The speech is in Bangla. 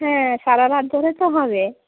হ্যাঁ সারারাত ধরে তো হবে